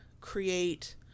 create